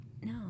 No